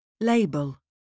Label